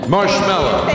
Marshmallow